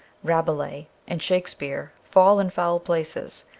rabelais, and shakespeare fall in foul places,